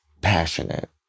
passionate